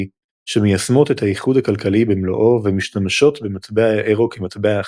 שמיישמות את האיחוד הכלכלי במלואו ומשתמשות במטבע האירו כמטבע אחיד.